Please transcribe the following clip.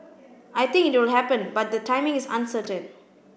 I think it will happen but the timing is uncertain